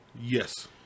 yes